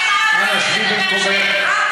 לנהל את הוויכוח.